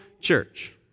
church